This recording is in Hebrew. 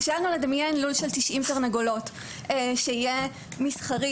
קשה לדמיין לול של 90 תרנגולות שיהיה מסחרי.